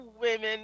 women